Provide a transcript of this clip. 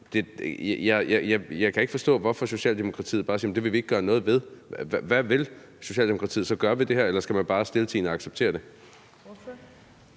Jeg kan ikke forstå, hvorfor Socialdemokratiet bare siger: Det vil vi ikke gøre noget ved. Hvad vil Socialdemokratiet så gøre ved det her? Eller skal man bare stiltiende acceptere det?